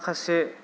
माखासे